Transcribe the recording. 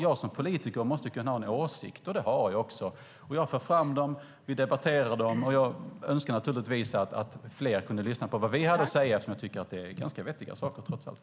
Jag som politiker måste kunna ha en åsikt, och det har jag också. Jag för fram den, och vi debatterar den. Jag önskar naturligtvis att fler kunde lyssna på det vi har att säga eftersom jag tycker att det trots allt är ganska vettiga saker.